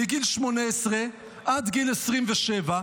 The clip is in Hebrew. מגיל 18 עד גיל 27,